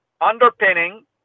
underpinning